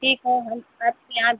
ठीक है हम आपके यहाँ